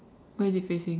where is it facing